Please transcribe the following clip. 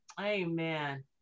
Amen